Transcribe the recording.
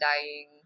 dying